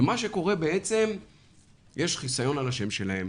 ומה שקורה זה שיש חיסיון על השם שלהם,